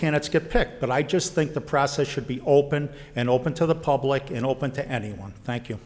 it's get picked but i just think the process should be open and open to the public and open to anyone thank you